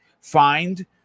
find